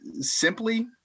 Simply